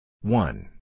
One